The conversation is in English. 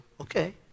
okay